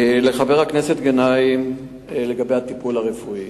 לחבר הכנסת גנאים, לגבי הטיפול הרפואי,